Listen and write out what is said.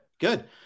good